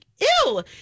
ew